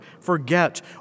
forget